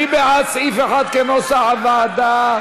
מי בעד סעיף 1, כנוסח הוועדה?